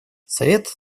совет